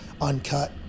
uncut